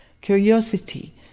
Curiosity